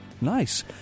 Nice